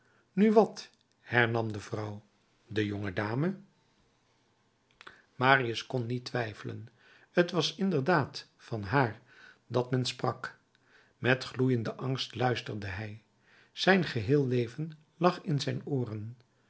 nu wat hernam de vrouw de jonge dame marius kon niet twijfelen t was inderdaad van haar dat men sprak met gloeienden angst luisterde hij zijn geheel leven lag in zijn ooren